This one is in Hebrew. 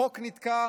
החוק נתקע